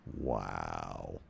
Wow